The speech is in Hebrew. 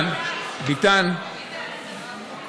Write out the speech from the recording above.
ביטן, ביטן.